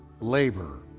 labor